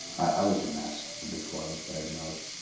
i was mess before i was diagnosed.